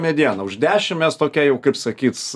mediena už dešim mes tokia jau kaip sakyt